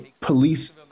police